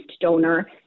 donor